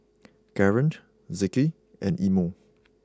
Kareen Zeke and Imo